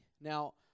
Now